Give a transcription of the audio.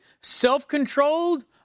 self-controlled